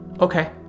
Okay